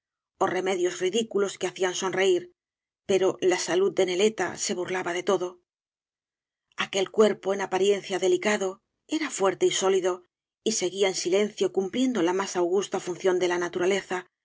remedios ridículos que hacían sonreír pero la salud de neleta se burlaba de todo aquel cuerpo en apariencia delicado era fuerte y bóiido y seguía en silencio cumpliendo la más augusta función de la naturaleza